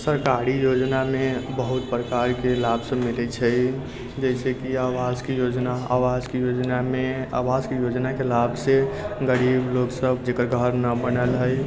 सरकारी योजना मे बहुत प्रकार के लाभ सभ भेटै छै जेना कि आवासकी योजना आवासकी योजना मे आवासकी योजना के लाभसे गरीब लोग सभ जेकर घर न बनल हय